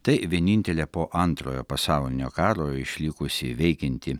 tai vienintelė po antrojo pasaulinio karo išlikusi veikianti